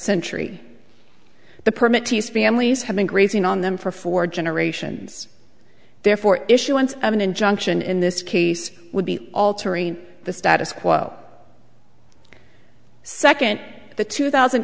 century the permit to use families have been grazing on them for four generations therefore issuance of an injunction in this case would be altering the status quo second the two thousand